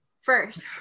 First